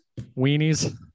Weenies